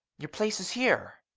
your place is here.